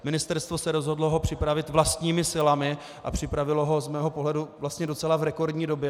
Ministerstvo se rozhodlo ho připravit vlastními silami a připravilo ho z mého pohledu vlastně v docela rekordní době.